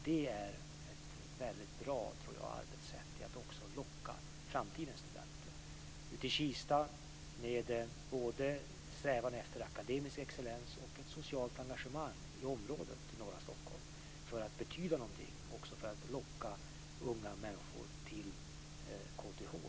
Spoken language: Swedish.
Det är ett väldigt bra arbetssätt, tror jag, för att också locka framtidens studenter. Ute i Kista i norra Stockholm har man en strävan efter både akademisk excellens och ett socialt engagemang för att locka unga människor till KTH i Kista.